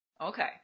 Okay